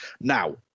Now